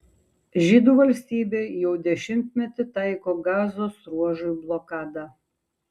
žydų valstybė jau dešimtmetį taiko gazos ruožui blokadą